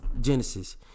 Genesis